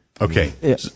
Okay